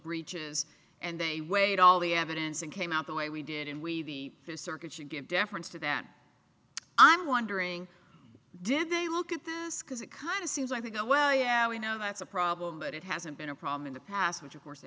breaches and they weighed all the evidence and came out the way we did and we the circuit should give deference to them i'm wondering did they look at this because it kind of seems like they go well yeah we know that's a problem but it hasn't been a problem in the past which of course they